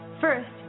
First